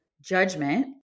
judgment